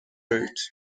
route